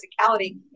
physicality